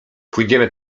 pójdziemy